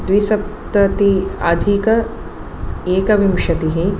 द्विसप्तति अधिक एकविंशतिः